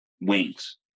wings